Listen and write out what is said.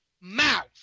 mouth